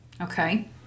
okay